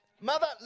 Mother